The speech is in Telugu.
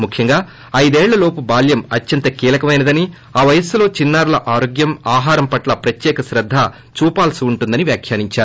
ముఖ్యంగా ఐదేళ్ళలోపు బాల్యం అత్యంత కీలకమైనదని ఆ వయసులో చిన్నారుల ఆరోగ్యం ఆహారం పట్ల ప్రత్యేక శ్రద్ద చూపవలసి ఉంటుందని వ్యాఖ్యానించారు